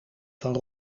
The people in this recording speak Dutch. van